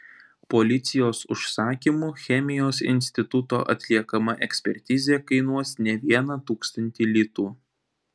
policijos užsakymu chemijos instituto atliekama ekspertizė kainuos ne vieną tūkstantį litų